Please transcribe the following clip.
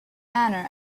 manor